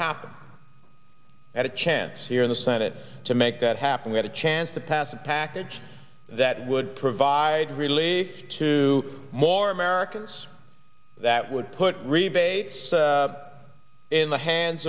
happen at a chance here in the senate to make that happen we had a chance to pass a package that would provide relief to more americans that would put rebates in the hands